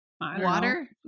water